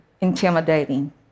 intimidating